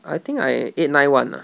I think I eight nine one ah